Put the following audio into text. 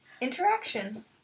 interaction